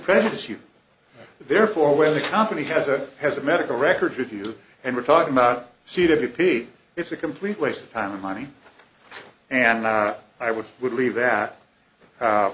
prejudice you therefore when the company has or has a medical record with you and we're talking about c to b p it's a complete waste of time and money and i would would leave that